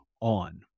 on